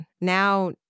Now